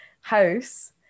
house